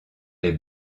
les